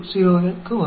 30 க்கு வரும்